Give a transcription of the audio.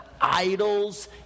idols